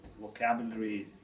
vocabulary